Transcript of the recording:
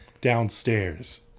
downstairs